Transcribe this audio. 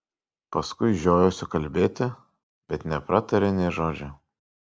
paskui žiojosi kalbėti bet nepratarė nė žodžio